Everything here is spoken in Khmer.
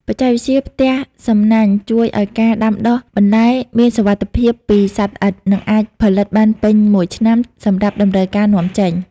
បច្ចេកវិទ្យាផ្ទះសំណាញ់ជួយឱ្យការដាំដុះបន្លែមានសុវត្ថិភាពពីសត្វល្អិត និងអាចផលិតបានពេញមួយឆ្នាំតាមតម្រូវការនាំចេញ។